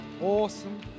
Awesome